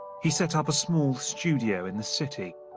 he set up a small studio in the city,